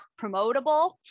promotable